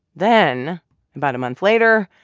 then about a month later,